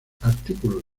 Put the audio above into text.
artículos